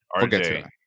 RJ